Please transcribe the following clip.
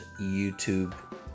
YouTube